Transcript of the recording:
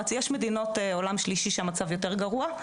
אז יש מדינות עולם שלישי שהמצב יותר גרוע,